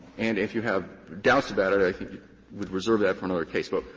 and if you have doubts about it, i think i would reserve that for another case. but,